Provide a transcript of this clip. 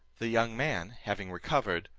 the young man having recovered,